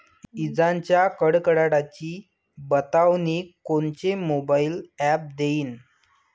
इजाइच्या कडकडाटाची बतावनी कोनचे मोबाईल ॲप देईन?